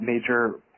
major